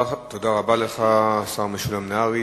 תודה רבה לך, השר משולם נהרי.